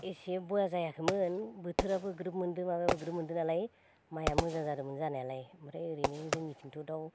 एसे बेया जायाखैमोन बोथोराबो ग्रोब मोन्दों माबायाबो ग्रोब मोन्दों नालाय माइया मोजां जादोंमोन जानायालाय ओमफ्राय ओरैनो जोंनिथिंथ' दाउ